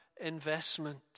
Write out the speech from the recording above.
investment